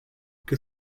good